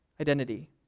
identity